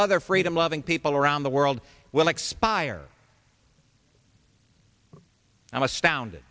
other freedom loving people around the world will expire i'm astounded